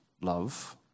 love